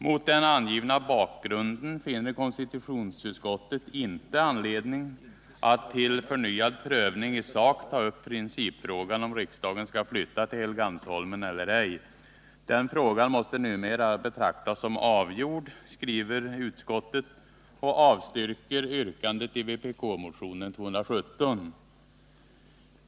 Mot den angivna bakgrunden finner konstitutionsutskottet inte anledning att till förnyad prövning i sak ta upp principfrågan om riksdagen skall flytta till Helgeandsholmen eller ej. Den frågan måste numera betraktas som avgjord, skriver utskottet och avstyrker yrkandet i vpk-motionen 217.